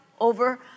over